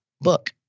book